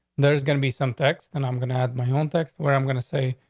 there's gonna be some text and i'm gonna have my own text where i'm going to say,